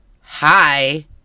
Hi